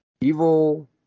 evil